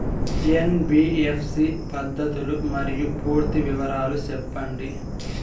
NBFC పద్ధతులు మరియు పూర్తి వివరాలు సెప్పండి?